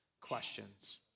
questions